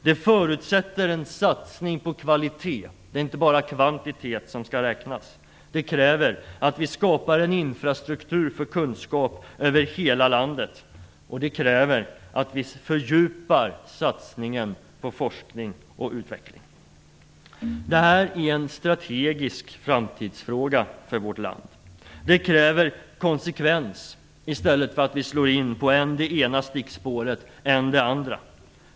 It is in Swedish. Det förutsätter en satsning på kvalitet. Det är inte bara kvantitet som skall räknas. Det kräver att vi skapar en infrastruktur för kunskap över hela landet, och det kräver att vi fördjupar satsningen på forskning och utveckling. Detta är en strategisk framtidsfråga för vårt land. Det kräver konsekvens i stället för att vi slår in på än det ena än det andra stickspåret.